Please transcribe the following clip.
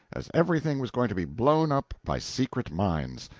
as everything was going to be blown up by secret mines,